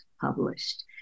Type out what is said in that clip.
published